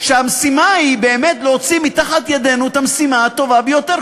שהמשימה היא באמת להוציא מתחת ידינו את המשימה הטובה ביותר,